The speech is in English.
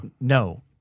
No